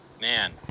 man